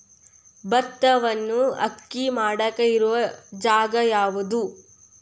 ಭತ್ತವನ್ನು ಅಕ್ಕಿ ಮಾಡಾಕ ಇರು ಜಾಗ ಯಾವುದು?